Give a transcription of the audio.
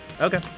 Okay